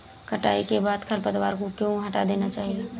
कटाई के बाद खरपतवार को क्यो हटा देना चाहिए?